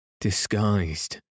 disguised